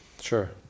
Sure